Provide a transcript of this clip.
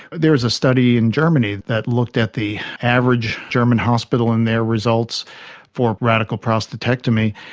there is a study in germany that looked at the average german hospital and their results for radical prostatectomy,